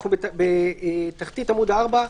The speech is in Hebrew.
אנחנו בתחתית עמוד 4,